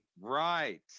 Right